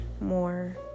more